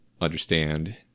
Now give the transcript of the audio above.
understand